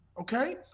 okay